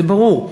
וזה ברור,